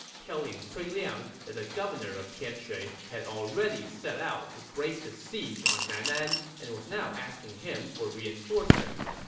telling cui liang that the governor of tianshui had already set out to break the siege on nanan and was now asking him for reinforcements.